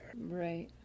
Right